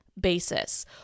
basis